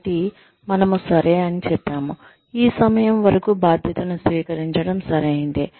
కాబట్టి మనము సరే అని చెప్పాము ఈ సమయం వరకు బాధ్యతను స్వీకరించడం సరైందే